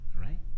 right